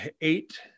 eight